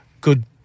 good